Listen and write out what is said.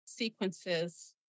Sequences